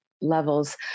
levels